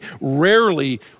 rarely